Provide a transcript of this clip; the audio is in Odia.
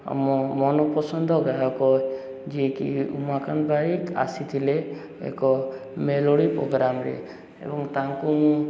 ଆମ ମନ ପସନ୍ଦ ଗାୟକ ଯିଏ କି ଉମାକାନ୍ତ ବାରିକ ଆସିଥିଲେ ଏକ ମେଲୋଡ଼ି ପ୍ରୋଗ୍ରାମରେ ଏବଂ ତାଙ୍କୁ ମୁଁ